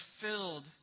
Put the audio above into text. filled